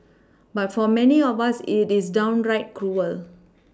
but for many of us it is downright cruel